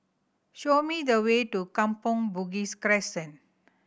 show me the way to Kampong Bugis Crescent